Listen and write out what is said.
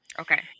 Okay